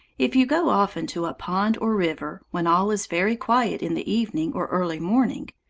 if you go often to a pond or river, when all is very quiet in the evening or early morning,